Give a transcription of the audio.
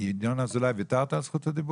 ינון אזולאי, בבקשה.